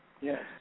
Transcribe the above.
Yes